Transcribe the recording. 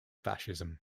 fascism